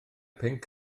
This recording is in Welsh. pinc